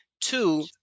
two